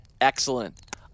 Excellent